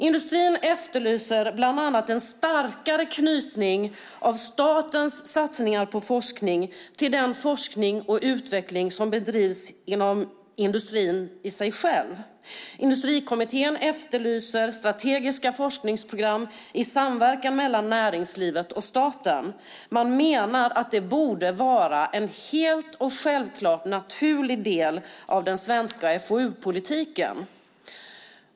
Industrin efterlyser bland annat en starkare knytning av statens satsningar på forskning till den forskning och utveckling som bedrivs inom industrin själv. Industrikommittén efterlyser strategiska forskningsprogram i en samverkan mellan näringslivet och staten. Man menar att det borde vara en självklart naturlig del av den svenska FoU-politiken.